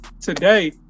today